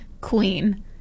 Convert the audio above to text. queen